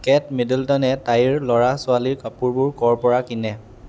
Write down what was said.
কেট মিডলটনে তাইৰ ল'ৰা ছোৱালীৰ কাপোৰবোৰ ক'ৰ পৰা কিনে